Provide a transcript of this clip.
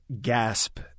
gasp